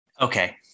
Okay